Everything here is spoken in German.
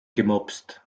gemopst